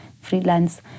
freelance